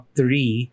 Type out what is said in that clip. three